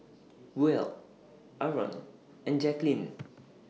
Buell Arron and Jacklyn